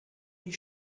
die